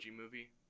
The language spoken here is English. movie